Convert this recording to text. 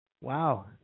Wow